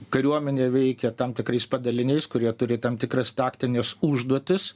kariuomenė veikia tam tikrais padaliniais kurie turi tam tikras taktines užduotis